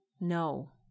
No